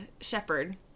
shepherd